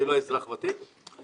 אני לא אזרח ותיק,